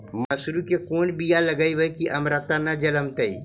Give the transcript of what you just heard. मसुरी के कोन बियाह लगइबै की अमरता न जलमतइ?